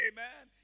Amen